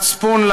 מצפון,